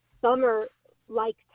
summer-like